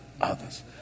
others